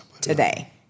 today